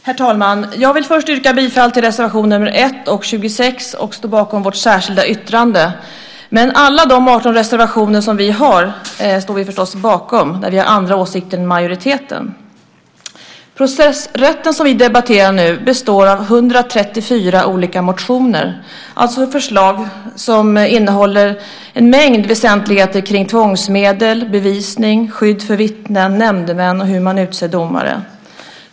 Herr talman! Jag vill börja med att yrka bifall till reservation 1 och 26, och jag står också bakom vårt särskilda yttrande. Vi står förstås bakom alla de 18 reservationer som vi har och där vi alltså har andra åsikter än majoriteten. I betänkandet om processrätten, som vi nu debatterar, behandlas 134 motioner. Förslagen innehåller en mängd väsentligheter kring tvångsmedel, bevisning, skydd för vittnen, nämndemän och hur domare utses.